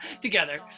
together